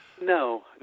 No